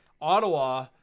Ottawa